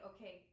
okay